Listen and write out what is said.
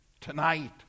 tonight